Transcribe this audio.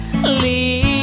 leave